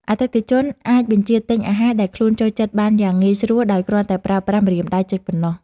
អតិថិជនអាចបញ្ជាទិញអាហារដែលខ្លួនចូលចិត្តបានយ៉ាងងាយស្រួលដោយគ្រាន់តែប្រើប្រាស់ម្រាមដៃចុចប៉ុណ្ណោះ។